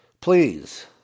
Please